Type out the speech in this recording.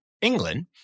England